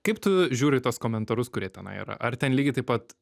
kaip tu žiūri į tuos komentarus kurie tenai yra ar ten lygiai taip pat